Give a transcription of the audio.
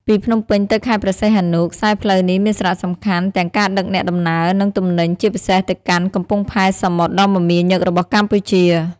ពីភ្នំពេញទៅខេត្តព្រះសីហនុ ខ្សែផ្លូវនេះមានសារៈសំខាន់ទាំងការដឹកអ្នកដំណើរ និងទំនិញ ជាពិសេសទៅកាន់កំពង់ផែសមុទ្រដ៏មមាញឹករបស់កម្ពុជា។